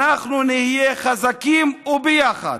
אנחנו נהיה חזקים וביחד.